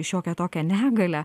šiokią tokią negalią